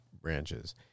branches